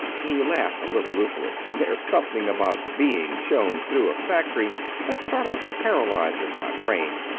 he laughed a little ruefully there's something about being shown through a factory that sort of paralyzes my brain.